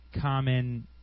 common